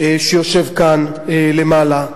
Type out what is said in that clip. שיושב כאן, למעלה,